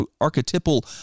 archetypal